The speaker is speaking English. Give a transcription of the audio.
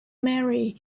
marry